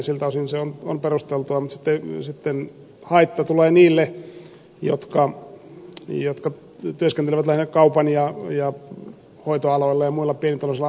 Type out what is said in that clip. siltä osin se on perusteltua mutta haitta tulee niille jotka työskentelevät lähinnä kaupan alalla ja hoitoaloilla ja muilla pienituloisilla aloilla